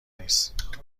نیست